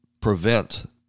prevent